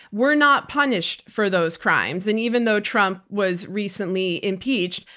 were not punished for those crimes. and even though trump was recently impeached,